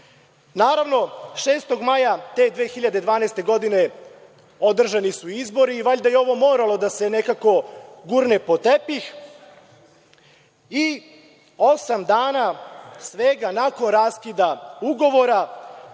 Naravno, 6. maja te 2012. godine održani su izbori i valjda je ovo moralo da se nekako gurne pod tepih i osam dana svega nakon raskida ugovora,